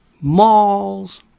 malls